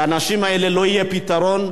לאנשים האלה לא יהיה פתרון,